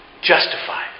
justified